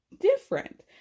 different